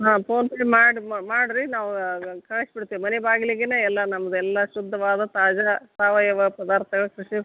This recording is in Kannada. ಹಾಂ ಪೋನ್ಪೇ ಮಾಡಿ ಮಾಡಿರಿ ನಾವು ಕಳಿಸಿಬಿಡ್ತೇವೆ ಮನೆ ಬಾಗಿಲಿಗೆನೆ ಎಲ್ಲ ನಮ್ಮದೆಲ್ಲ ಶುದ್ಧವಾದ ತಾಜಾ ಸಾವಯವ ಪದಾರ್ಥ